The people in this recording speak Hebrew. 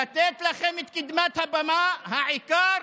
לתת לכם את קדמת הבמה, העיקר,